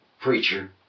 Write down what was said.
preacher